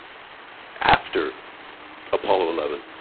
after apollo eleven,